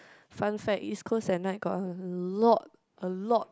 fun fact East-Coast at night got a lot a lot